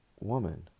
Woman